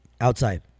outside